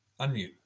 Unmute